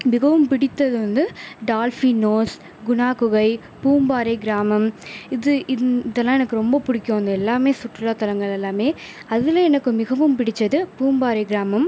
மிகவும் பிடித்தது வந்து டால்ஃபினோஸ் குணா குகை பூம்பாறை கிராமம் இது இந் இதெலாம் எனக்கு ரொம்ப பிடிக்கும் இந்த எல்லாமே சுற்றுலாத்தளங்கள் எல்லாமே அதில் எனக்கு மிகவும் பிடிச்சது பூம்பாறை கிராமம்